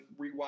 rewatch